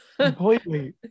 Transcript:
completely